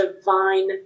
divine